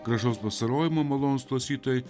gražus vasarojimo malonūs klausytojai